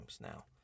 now